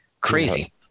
crazy